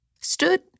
stood